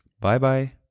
Bye-bye